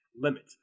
limit